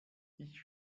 ich